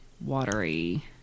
watery